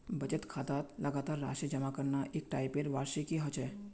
बचत खातात लगातार राशि जमा करना एक टाइपेर वार्षिकी ह छेक